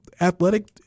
athletic